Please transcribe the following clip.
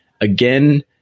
again